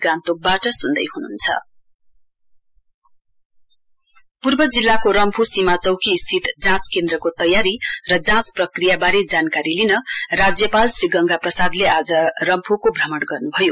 गमर्नर visit Ramphu पूर्व जिल्लाको रम्फू सीमा चौकी स्थित जाँच केन्द्रको तयारी र जाँच प्रक्रियाबारे जानकारी लिन राज्यपाल श्री गंगा प्रसादले आज रम्फूको भ्रमण गर्नुभयो